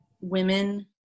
women